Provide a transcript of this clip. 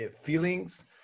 feelings